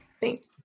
Thanks